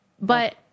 But-